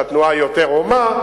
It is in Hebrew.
שם התנועה יותר הומה,